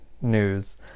news